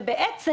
בעצם,